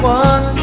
one